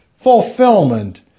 fulfillment